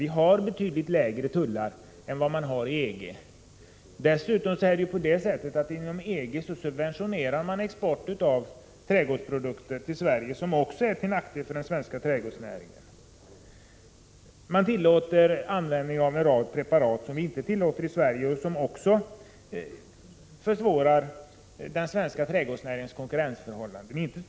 Vi har betydligt lägre tullar än inom EG. Dessutom subventioneras inom EG export av trädgårdsprodukter till Sverige, något som också är till nackdel för den svenska trädgårdsnäringen. Man tillåter användning av en rad preparat som inte tillåts i Sverige, vilket också försvårar den svenska trädgårdsnäringens konkurrensförhållanden.